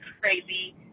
crazy